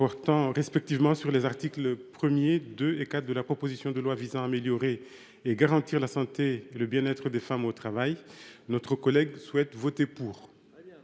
portant respectivement sur les articles 1, 2 et 4 de la proposition de loi visant à améliorer et garantir la santé et le bien être des femmes au travail, Patricia Schillinger souhaitait voter pour.